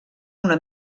una